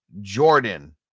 Jordan